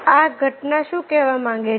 આ ઘટના શું કહેવા માંગે છે